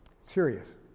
Serious